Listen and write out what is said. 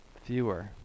Fewer